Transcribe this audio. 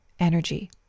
energy